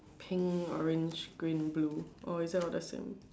pink orange green blue or is it all the same